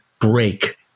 break